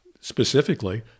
specifically